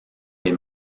les